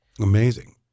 Amazing